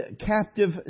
captive